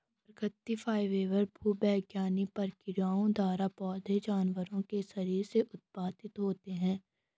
प्राकृतिक फाइबर भूवैज्ञानिक प्रक्रियाओं द्वारा पौधों जानवरों के शरीर से उत्पादित होते हैं